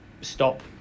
stop